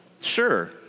Sure